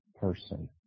person